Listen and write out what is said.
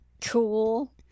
Cool